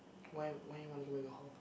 why why you wanna go back the hall